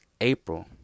April